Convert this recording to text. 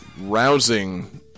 rousing